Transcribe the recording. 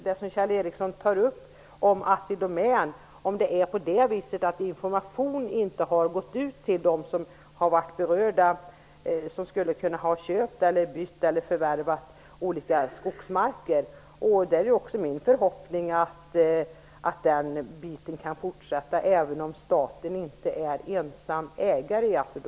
Det som Kjell Ericsson tar upp om Assi Domän är bara att beklaga, om det är på det viset att information inte har gått ut till dem som har varit berörda och som skulle ha velat byta eller förvärva olika skogsmarker. Det är också min förhoppning att försäljningen kan fortsätta, även om staten inte är ensam ägare i Assi